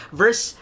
verse